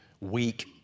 weak